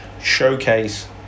showcase